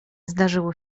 zdarzyło